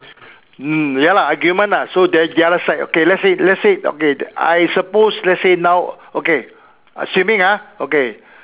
mm ya lah argument lah so the the other side okay let's say let's say okay I suppose let's say now okay assuming ah okay